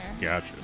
gotcha